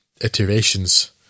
iterations